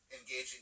engaging